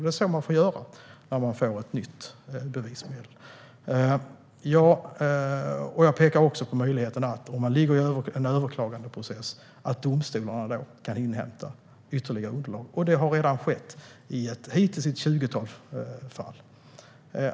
Det är så man får göra när man får ett nytt bevismedel. Jag pekade också på möjligheten att domstolarna kan inhämta ytterligare underlag under en överklagandeprocess. Det har redan skett i ett tjugotal fall.